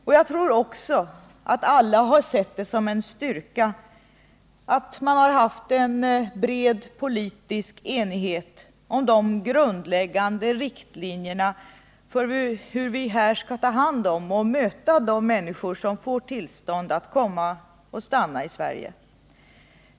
Och jag tror också att alla har sett det som en styrka att man har haft en bred politisk enighet om de grundläggande riktlinjerna för hur vi här skall ta hand om och möta de människor som har fått tillstånd att stanna i Sverige.